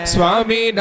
Swami